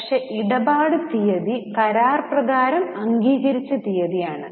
പക്ഷേ ഇടപാട് തീയതി കരാർ പ്രകാരം അംഗീകരിച്ച തീയതിയാണ്